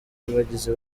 bagize